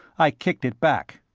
i kicked it back.